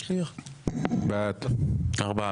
ארבעה.